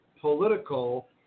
political